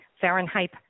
Fahrenheit